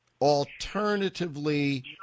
alternatively